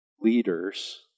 leaders